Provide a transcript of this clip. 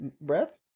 breath